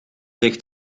zich